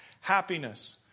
happiness